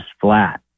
flat